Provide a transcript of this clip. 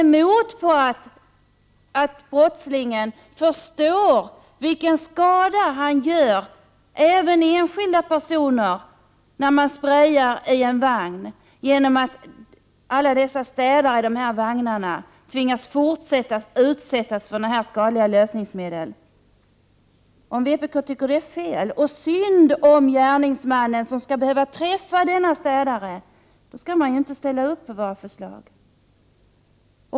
Om de är emot att brottslingen förstår vilken skada han gör även enskilda personer när han sprejar ner en hel vagn, genom att alla vagnstädare tvingas fortsätta att utsätta sig för de skadliga lösningsmedlen, om vpk tycker synd om gärningsmannen som måste träffa städaren, då skall man ju inte ställa upp för våra förslag.